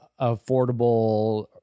affordable